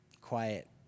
quiet